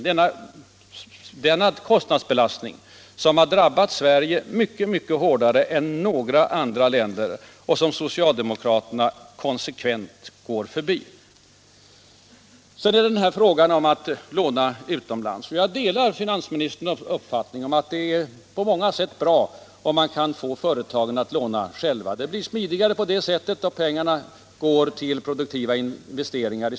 Och kostnadsbelastningen har drabbat Sverige mycket hårdare än flertalet andra länder, men det är något som socialdemokraterna konsekvent går förbi. Allmänpolitisk debatt Allmänpolitisk debatt 60 Vad beträffar detta med att långa pengar utomlands, så delar jag förutvarande finansministerns uppfattning att det på många sätt är bra om man kan få företagen att låna själva. Det blir smidigare, och pengarna går i större utsträckning till produktiva investeringar.